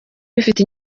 bifite